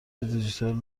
دیجیتال